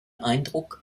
eindruck